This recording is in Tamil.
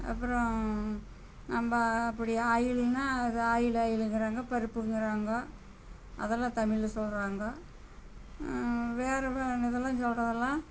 அப்பறம் நம்ம அப்படி ஆயில்னால் அது ஆயிலு ஆயிலுங்கிறாங்க பருப்புங்கிறாங்க அதெல்லாம் தமிழ்ல சொல்கிறாங்க வேறு வே நு இதெல்லாம் சொல்கிறதெல்லாம்